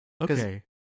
Okay